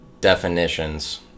definitions